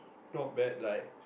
not bad like